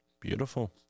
Beautiful